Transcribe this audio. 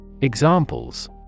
Examples